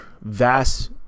vast